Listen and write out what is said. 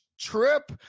trip